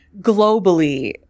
globally